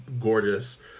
gorgeous